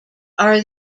are